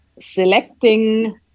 selecting